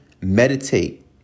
meditate